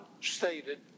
stated